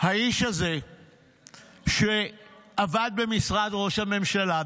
האיש הזה עבד במשרד ראש הממשלה,